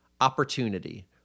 opportunity